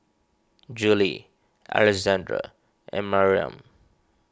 Jolie Alexandra and Mariam